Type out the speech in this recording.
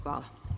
Hvala.